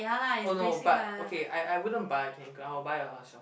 oh no but okay I I wouldn't but a Kanken I would buy a Herschel